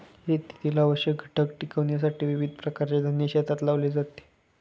शेतीतील आवश्यक घटक टिकविण्यासाठी विविध प्रकारचे धान्य शेतात लावले जाते